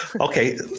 Okay